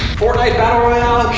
fortnite battle royale,